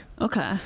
Okay